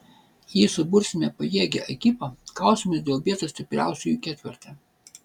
jei subursime pajėgią ekipą kausimės dėl vietos stipriausiųjų ketverte